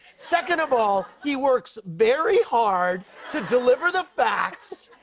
second of all, he works very hard to deliver the facts,